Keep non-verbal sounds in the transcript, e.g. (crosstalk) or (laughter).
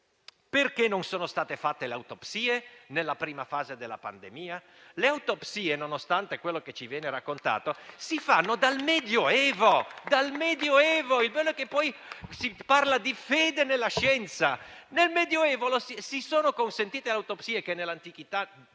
non sono state fatte le autopsie? (applause) Le autopsie, nonostante quello che ci viene raccontato, si fanno dal Medioevo. Il bello è che poi si parla di fede nella scienza. Nel Medioevo si sono consentite le autopsie, che nell'antichità